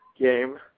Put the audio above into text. game